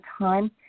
time